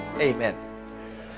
amen